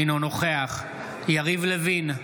אינו נוכח יריב לוין,